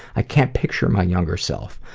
i can't picture my younger self.